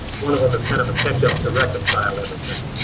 one of them is kind of a catch up to reconcile everything.